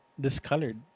discolored